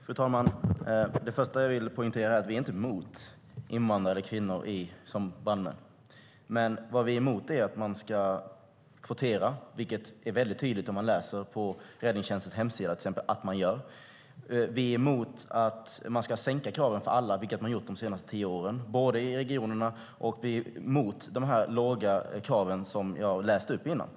Fru talman! Det första jag vill poängtera är att vi inte är emot invandrare eller kvinnor som brandmän. Det vi är emot är att man ska kvotera, vilket framgår väldigt tydligt av till exempel räddningstjänstens hemsida att man gör. Vi är emot att man ska sänka kraven för alla, vilket man har gjort de senaste tio åren i regionerna, och vi är emot de låga krav som jag läste upp tidigare.